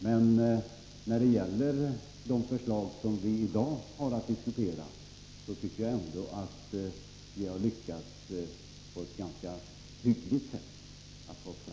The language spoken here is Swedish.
Men jag tycker att vi har lyckats ganska hyggligt beträffande de förslag som vi i dag har att diskutera.